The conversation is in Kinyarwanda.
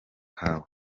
kawa